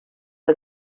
der